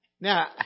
Now